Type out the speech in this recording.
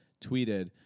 tweeted